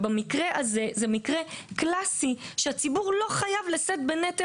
זה מקרה קלאסי שהציבור לא חייב לשאת בנטל